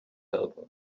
helper